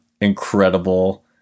incredible